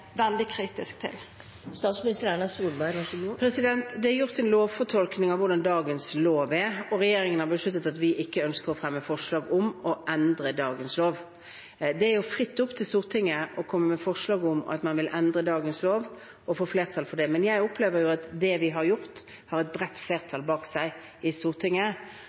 veldig kritisk til? Det er gjort en fortolkning av hvordan dagens lov er, og regjeringen har besluttet at vi ikke ønsker å fremme forslag om å endre dagens lov. Det er fritt opp til Stortinget å komme med forslag om å endre dagens lov, og få flertall for det, men jeg opplever at det vi har gjort, har et bredt flertall i Stortinget. Jeg antar at alle partier kan foreta etiske vurderinger uten at regjeringen sender meldinger til Stortinget